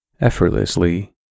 effortlessly